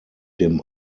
dem